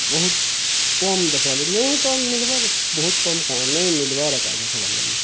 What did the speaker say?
ବହୁତ୍ କମ୍ ଦେଖ୍ବାର୍ଲାଗି ନି ତ ମିଲ୍ବାର୍ ବହୁତ୍ କମ୍ କାଣ ନେଇମିଲ୍ବାର୍ ଏକା ଦେଖ୍ବାର୍ ଲାଗି